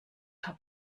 habt